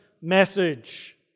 message